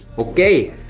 okay,